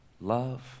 love